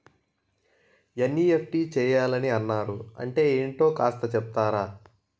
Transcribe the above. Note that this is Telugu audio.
ఎన్.ఈ.ఎఫ్.టి చేయాలని అన్నారు అంటే ఏంటో కాస్త చెపుతారా?